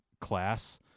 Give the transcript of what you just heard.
class